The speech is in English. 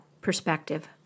perspective